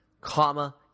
comma